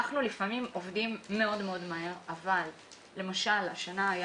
לפעמים אנחנו עובדים מאוד מאוד מהר אבל למשל השנה היה